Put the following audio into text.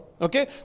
Okay